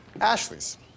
Ashley's